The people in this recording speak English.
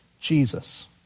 Jesus